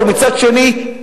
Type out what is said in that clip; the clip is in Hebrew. מצד שני,